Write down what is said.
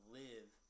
live